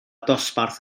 dosbarth